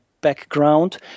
background